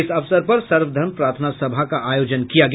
इस अवसर पर सर्वधर्म प्रार्थना सभा का आयोजन किया गया